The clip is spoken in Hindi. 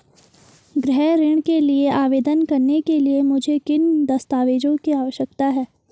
गृह ऋण के लिए आवेदन करने के लिए मुझे किन दस्तावेज़ों की आवश्यकता है?